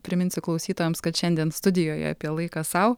priminsiu klausytojams kad šiandien studijoje apie laiką sau